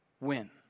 win